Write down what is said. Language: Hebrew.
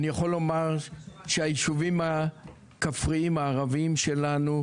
אני יכול לומר שהיישובים הכפריים הערביים שלנו,